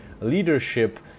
leadership